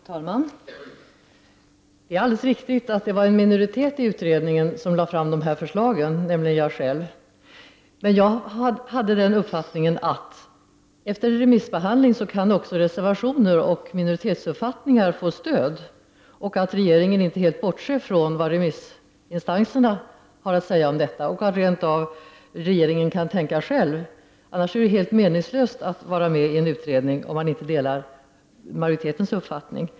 Fru talman! Det är alldeles riktigt att det var en minoritet i utredningen som lade fram dessa förslag, nämligen jag själv. Jag hade den uppfattningen att efter en remissbehandling kan även reservationer och minoritetsuppfattningar få stöd, att regeringen inte helt bortser från vad remissinstanserna har att säga och att regeringen rent av kan tänka själv. Annars är det helt meningslöst att vara med i en utredning, om man inte delar majoritetens uppfattning.